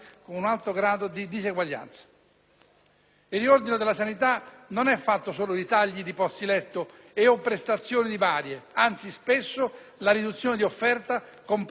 Il riordino della sanità non è fatto solo di tagli di posti letto e/o di prestazioni varie; anzi, spesso la riduzione di offerta comporta un aumento dei costi assistenziali.